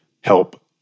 help